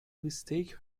mistake